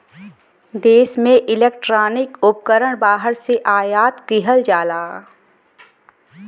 देश में इलेक्ट्रॉनिक उपकरण बाहर से आयात किहल जाला